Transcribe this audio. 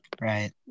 Right